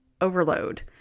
overload